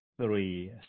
three